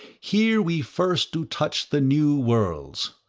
here we first do touch the new worlds.